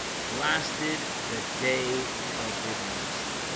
lasted the day of his mercy